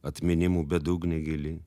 atminimų bedugnė gili